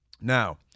Now